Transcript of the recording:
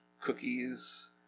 cookies